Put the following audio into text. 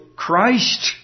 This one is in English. Christ